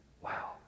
Wow